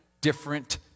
different